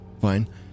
fine